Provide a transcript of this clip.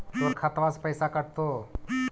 तोर खतबा से पैसा कटतो?